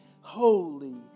holy